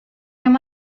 yang